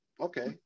okay